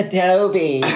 Adobe